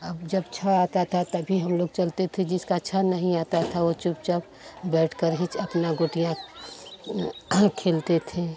अब जब छः आता था तभी हम लोग चलते थे जिसका छः नहीं आता था वह चुपचाप बैठकर ही अपना गोटियाँ खेलते थे